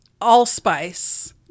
allspice